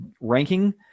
ranking